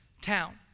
town